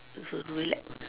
to relax